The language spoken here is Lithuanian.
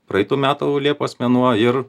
praeitų metų liepos mėnuo ir